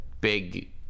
big